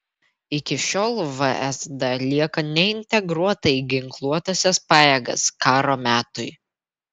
iki šiol vsd lieka neintegruota į ginkluotąsias pajėgas karo metui